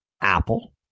Apple